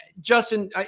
Justin